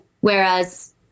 Whereas